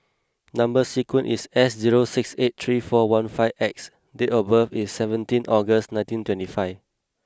number sequence is S zero six eight three four one five X date of birth is seventeen August nineteen twenty five